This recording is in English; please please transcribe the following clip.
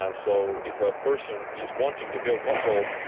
ah so if a person is wanting to build muscle,